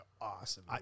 awesome